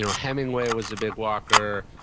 you know hemingway was a big walker,